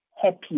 happy